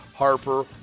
Harper